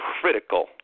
critical